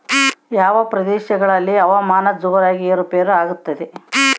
ಯಾವ ಪ್ರದೇಶಗಳಲ್ಲಿ ಹವಾಮಾನ ಜೋರಾಗಿ ಏರು ಪೇರು ಆಗ್ತದೆ?